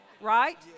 Right